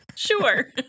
sure